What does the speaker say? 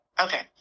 Okay